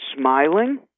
smiling